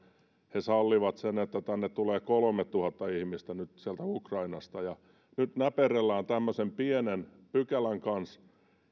he sallivat sen että tänne tulee kolmetuhatta ihmistä nyt sieltä ukrainasta ja että nyt näperrellään tämmöisen pienen pykälän kanssa